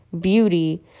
beauty